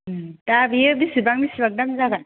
उम दा बियो बिसिबां बिसिबां दाम जागोन